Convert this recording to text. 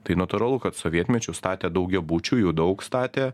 tai natūralu kad sovietmečiu statė daugiabučių jų daug statė